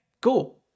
cool